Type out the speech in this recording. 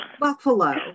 buffalo